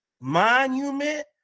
monument